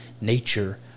nature